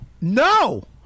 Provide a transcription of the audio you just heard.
No